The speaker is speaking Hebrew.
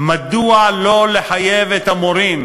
מדוע לא לחייב את המורים